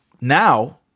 Now